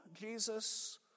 Jesus